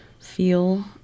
feel